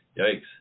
Yikes